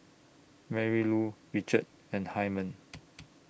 Marylou Richard and Hymen